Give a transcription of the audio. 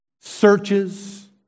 searches